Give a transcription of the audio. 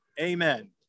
Amen